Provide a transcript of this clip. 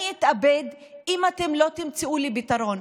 אני אתאבד אם אתם לא תמצאו לי פתרון.